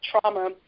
trauma